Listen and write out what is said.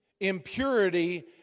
impurity